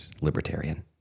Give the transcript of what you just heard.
Libertarian